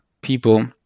people